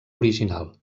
original